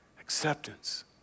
acceptance